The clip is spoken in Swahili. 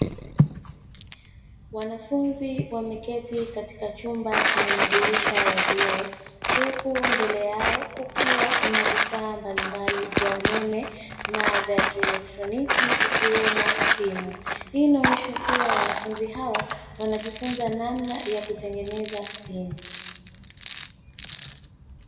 Wanafunzi wameketi katika chumba chenye madirisha ya vioo, huku mbele yao kukiwa na vifaa mbalimbali vya umeme na vya kielektroniki ikiwemo simu, hii inaonyesha kuwa wanafunzi hawa wanajifunza namna ya kutengeneza simu.